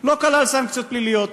לא כלל סנקציות פליליות,